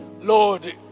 Lord